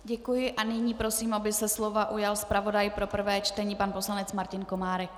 Děkuji a nyní prosím, aby se slova ujal zpravodaj pro prvé čtení pan poslanec Martin Komárek.